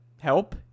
help